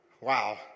Wow